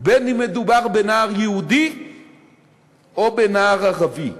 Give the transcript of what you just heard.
כשמדובר בנער יהודי או בנער ערבי.